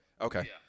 Okay